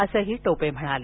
असं टोपे म्हणाले